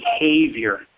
behavior